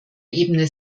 ebene